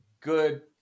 good